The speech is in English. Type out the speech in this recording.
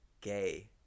gay